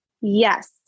Yes